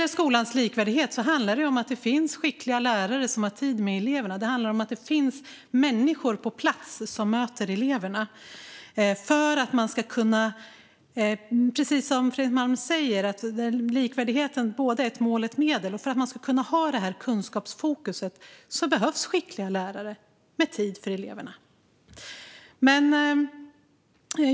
Skolans likvärdighet handlar om att det finns skickliga lärare som har tid med eleverna. Det handlar om att det finns människor på plats som möter eleverna. Precis som Fredrik Malm säger är likvärdighet både ett mål och ett medel. För att man ska kunna ha fokus på kunskap behövs skickliga lärare med tid för eleverna.